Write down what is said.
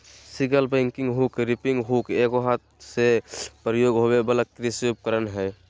sickle bagging hook, reaping hook एगो हाथ से प्रयोग होबे वला कृषि उपकरण हइ